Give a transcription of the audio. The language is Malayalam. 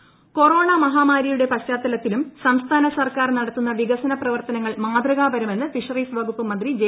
മേഴ്സിക്കുട്ടിയമ്മി കൊറോണ മഹാമാരിയുടെ പശ്ചാത്തലത്തിലും സംസ്ഥാന സർക്കാർ നടത്തുന്ന വികസന പ്രവർത്തനങ്ങൾ മാതൃകാപരമെന്ന് ഫിഷറീസ് വകുപ്പ് മന്ത്രി ജെ